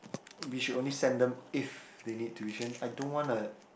we should only send them if they need tuition I don't wanna